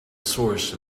source